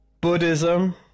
Buddhism